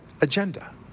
agenda